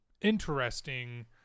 interesting